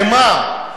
לְמה?